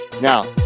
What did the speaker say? Now